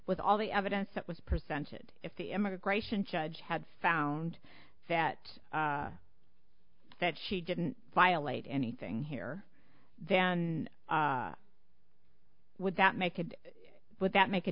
with all the evidence that was presented if the immigration judge had found that that she didn't violate anything here then would that make could but that make a